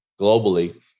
globally